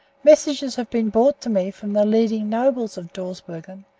messages have been brought to me from the leading nobles of dawsbergen,